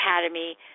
Academy